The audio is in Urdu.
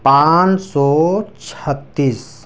پانچ سو چھتیس